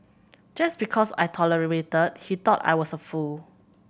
just because I tolerated he thought I was a fool